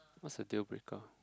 what's the deal breaker